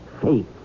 faith